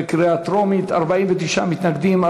בקריאה טרומית: 49 מתנגדים,